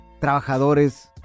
Trabajadores